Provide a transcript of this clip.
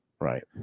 Right